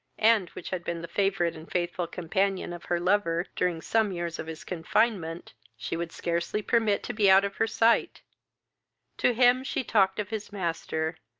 and which had been the favourite and faithful companion of her lover during some years of his confinement, she would scarcely permit to be out of her sight to him she talked of his master,